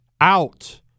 out